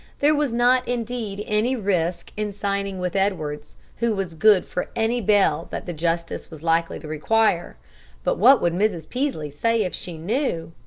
there was not indeed any risk in signing with edwards, who was good for any bail that the justice was likely to require but what would mrs. peaslee say if she knew!